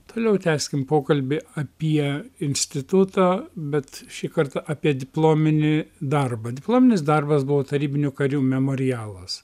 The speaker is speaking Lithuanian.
toliau tęskim pokalbį apie institutą bet šį kartą apie diplominį darbą diplominis darbas buvo tarybinių karių memorialas